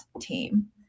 team